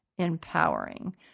Empowering